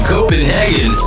Copenhagen